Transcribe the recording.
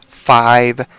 five